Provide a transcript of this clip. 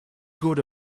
good